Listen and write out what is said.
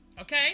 okay